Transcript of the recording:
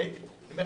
אני הייתי פה.